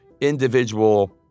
individual